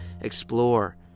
explore